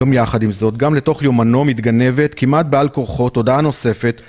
יחד עם זאת גם לתוך יומנו מתגנבת כמעט בעל כרחו הודעה נוספת